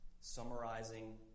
Summarizing